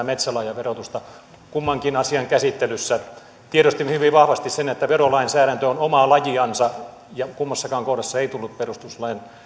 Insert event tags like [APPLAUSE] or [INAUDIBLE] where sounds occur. [UNINTELLIGIBLE] metsälahjaverotusta kummankin asian käsittelyssä tiedostin hyvin vahvasti sen että verolainsäädäntö on omaa lajiansa ja kummassakaan kohdassa ei tullut perustuslain